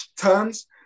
turns